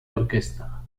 orquesta